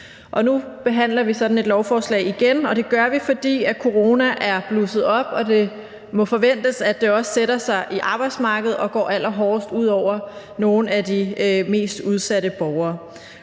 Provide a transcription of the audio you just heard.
Nu behandler vi sådan et lovforslag igen, og det gør vi, fordi corona er blusset op og det må forventes, at det også sætter sig i arbejdsmarkedet og går allerhårdest ud over nogle af de mest udsatte borgere.